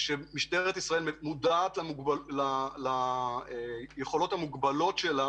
משטרת ישראל מודעת ליכולות המוגבלות שלה